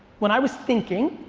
when i was thinking,